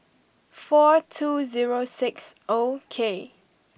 four two zero six O K